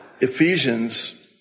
Ephesians